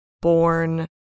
born